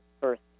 first